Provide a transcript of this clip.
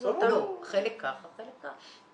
לא, חלק ככה, חלק ככה.